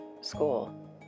school